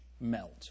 melt